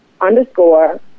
Underscore